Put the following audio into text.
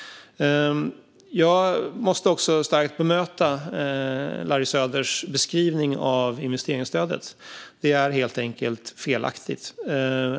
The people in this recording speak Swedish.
Jag måste starkt bemöta Larry Söders beskrivning av investeringsstödet. Den är helt enkelt felaktig.